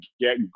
get